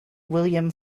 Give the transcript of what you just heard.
william